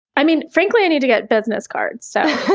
i mean, frankly, i need to get business cards so,